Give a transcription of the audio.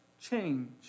change